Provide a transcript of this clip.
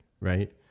right